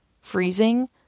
freezing